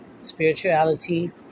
spirituality